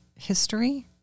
history